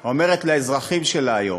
אומרת לאזרחים שלה היום: